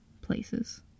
places